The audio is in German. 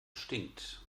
stinkt